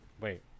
wait